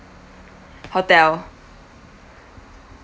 hotel